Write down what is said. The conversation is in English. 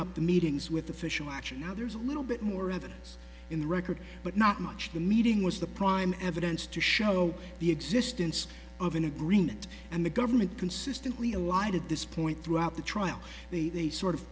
up the meetings with official action now there's a little bit more evidence in the record but not much the meeting was the prime evidence to show the existence of an agreement and the government consistently allied at this point throughout the trial they they sort of